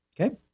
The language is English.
okay